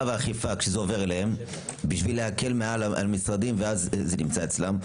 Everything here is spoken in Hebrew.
והאכיפה כשזה עובר אליהם כדי להקל על המשרדים ואז זה נמצא אצלם.